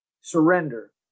surrender